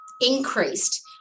increased